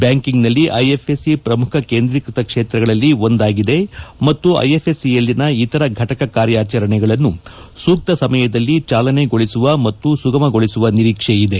ಬ್ಯಾಂಕಿಂಗ್ನಲ್ಲಿ ಐಎಫ್ಎಸ್ಸಿ ಪ್ರಮುಖ ಕೇಂದ್ರೀಕೃತ ಕ್ಷೇತ್ರಗಳಲ್ಲಿ ಒಂದಾಗಿದೆ ಮತ್ತು ಐಎಫ್ಎಸ್ಸಿಯಲ್ಲಿನ ಇತರ ಫಟಕ ಕಾರ್ಯಾಚರಣೆಗಳನ್ನು ಸೂಕ್ತ ಸಮಯದಲ್ಲಿ ಚಾಲನೆಗೊಳಿಸುವ ಮತ್ತು ಸುಗಮಗೊಳಿಸುವ ನಿರೀಕ್ಷೆಯಿದೆ